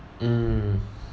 mm